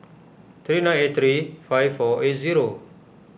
three nine eight three five four eight zero